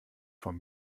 von